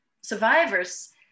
survivors